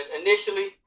initially